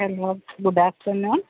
hello good after noon